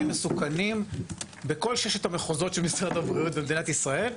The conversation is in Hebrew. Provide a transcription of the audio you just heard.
מסוכנים בכל ששת המחוזות של משרד הבריאות במדינת ישראל.